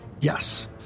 Yes